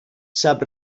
sap